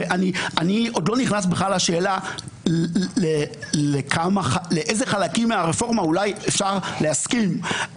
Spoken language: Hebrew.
ואני עוד לא נכנס בכלל לשאלה לאילו חלקים מהרפורמה אולי אפשר להסכים,